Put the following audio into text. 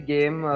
Game